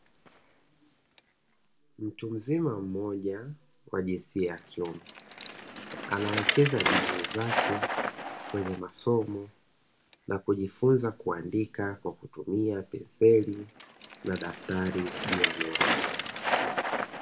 Mtu mzima mmoja wa jinsia ya kiume anawekeza bidii zake kwenye masomo na kujifunza kuandika kwa kutumia penseli na daftari juu ya meza.